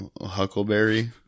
Huckleberry